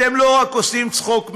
אתם לא רק עושים צחוק מעצמכם,